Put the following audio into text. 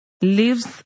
lives